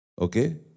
Okay